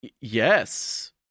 yes